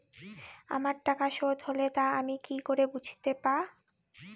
আমার টাকা শোধ হলে তা আমি কি করে বুঝতে পা?